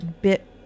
bit